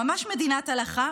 ממש מדינת הלכה.